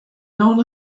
known